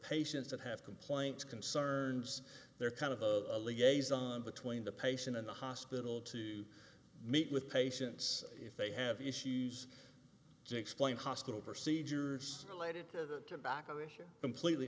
patients that have complaints concerns they're kind of a liaison between the patient and the hospital to meet with patients if they have issues to explain hospital perceived use related to that tobacco issue completely